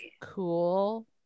cool